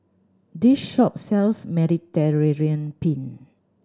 this shop sells Mediterranean Penne